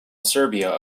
serbia